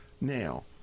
Now